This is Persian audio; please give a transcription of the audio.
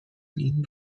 این